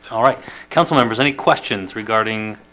all right councilmembers any questions regarding?